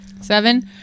Seven